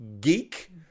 geek